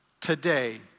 Today